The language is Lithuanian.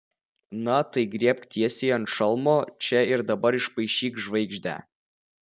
na tai griebk tiesiai ant šalmo čia ir dabar išpaišyk žvaigždę